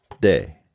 day